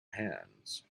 hands